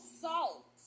salt